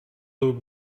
look